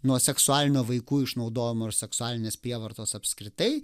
nuo seksualinio vaikų išnaudojimo ir seksualinės prievartos apskritai